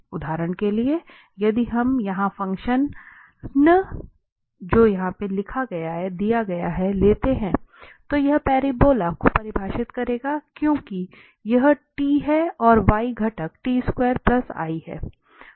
उदाहरण के लिए यदि हम यहां फंक्शन लेते हैं तो यह पैराबोला को परिभाषित करेगा क्योंकि यह t है और y घटक है